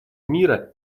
мира